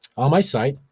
on my site,